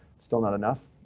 still not enough.